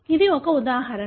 ఇది ఒక ఉదాహరణ